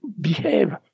behave